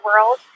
world